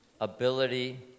ability